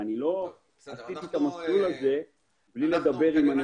לא עשיתי את המסלול הזה בלי לדבר עם אנשים.